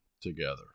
together